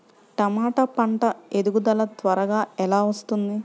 టమాట పంట ఎదుగుదల త్వరగా ఎలా వస్తుంది?